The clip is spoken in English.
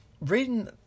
Reading